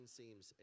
seems